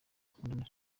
bakundana